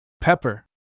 Pepper